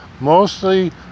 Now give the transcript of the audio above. mostly